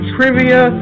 Trivia